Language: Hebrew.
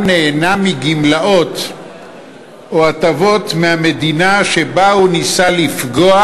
נהנה מגמלאות או מהטבות מהמדינה שבה הוא ניסה לפגוע,